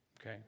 Okay